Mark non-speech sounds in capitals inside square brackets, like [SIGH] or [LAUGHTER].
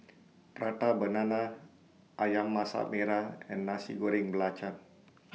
Prata Banana Ayam Masak Merah and Nasi Goreng Belacan [NOISE]